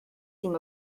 seem